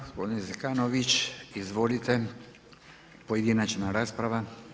Gospodin Zekanović, izvolite, pojedinačna rasprava.